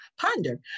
ponder